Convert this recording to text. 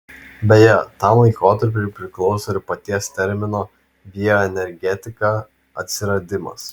beje tam laikotarpiui priklauso ir paties termino bioenergetika atsiradimas